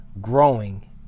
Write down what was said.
growing